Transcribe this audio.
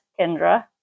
Kendra